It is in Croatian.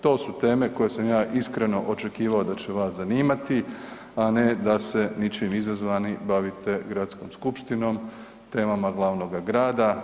To su teme koje sam ja iskreno očekivao da će vas zanimati, a ne da se ničim izazvani bavite gradskom skupštinom, temama glavnoga grada.